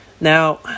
Now